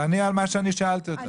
תעני על מה ששאלתי אותך.